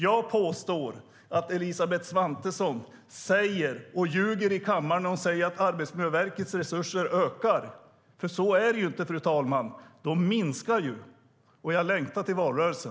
Jag påstår att Elisabeth Svantesson ljuger i kammaren när hon säger att Arbetsmiljöverkets resurser ökar. Så är det inte, fru talman. De minskar. Jag längtar till valrörelsen!